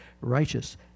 righteous